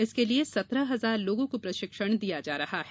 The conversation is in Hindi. इसके लिए सत्रह हजार लोगों को प्रशिक्षण दिया जा रहा है